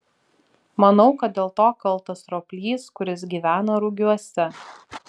manau kad dėl to kaltas roplys kuris gyvena rugiuose